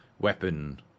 weapon